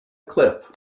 cliff